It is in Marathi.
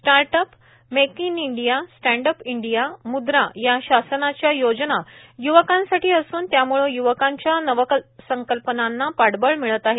start up make in India stand up India Mudra या शासनाच्या योजना युवकांसाठी असून त्यामूळे युवकांच्या नवसंकल्पनांना पाठबळ मिळत आहे